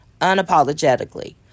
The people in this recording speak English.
unapologetically